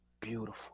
beautiful